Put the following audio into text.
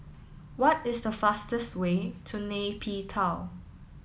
what is the fastest way to Nay Pyi Taw